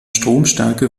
stromstärke